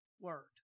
word